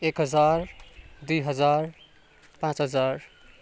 एक हजार दुई हजार पाँच हजार